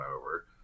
over